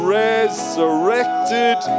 resurrected